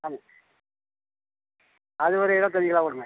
ஆமாங்க அது ஒரு இருபத்தஞ்சி கிலோ கொடுங்க